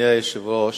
אדוני היושב-ראש,